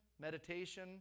meditation